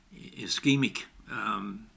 ischemic